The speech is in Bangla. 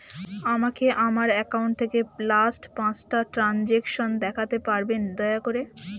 আমাকে আমার অ্যাকাউন্ট থেকে লাস্ট পাঁচটা ট্রানজেকশন দেখাতে পারবেন দয়া করে